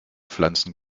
pflanzen